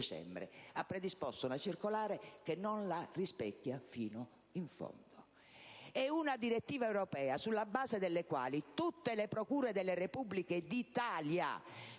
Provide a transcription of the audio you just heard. ha predisposto una circolare che non la rispecchia fino in fondo. È una direttiva europea sulla base della quale tutte le procure della Repubblica d'Italia